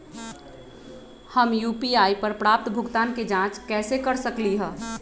हम यू.पी.आई पर प्राप्त भुगतान के जाँच कैसे कर सकली ह?